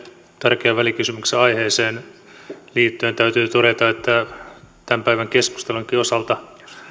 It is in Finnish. tärkeän välikysymyksen aiheeseen liittyen täytyy todeta että tämän päivän keskustelunkin osalta